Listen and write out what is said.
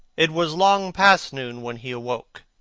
it was long past noon when he awoke.